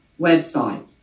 website